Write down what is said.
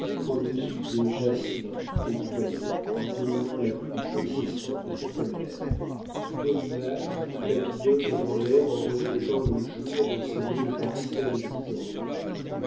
au-dessus des jasmins étoilés et dominant la pluie incessante du pollen beau nuage qui papillote dans l'air en reflétant le jour dans ses milles parcelles luisantes